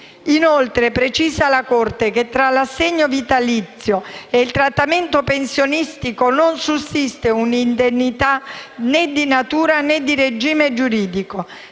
Inoltre, - precisa la Corte - tra l'assegno vitalizio e il trattamento pensionistico non sussiste un'identità né di natura né di regime giuridico,